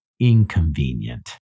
inconvenient